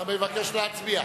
אתה מבקש להצביע.